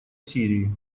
сирии